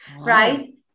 right